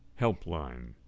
helpline